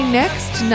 next